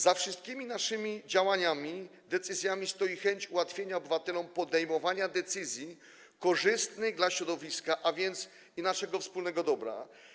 Za wszystkimi naszymi działaniami i decyzjami stoi chęć ułatwiania obywatelom podejmowania decyzji korzystnych dla środowiska, a więc dla naszego wspólnego dobra.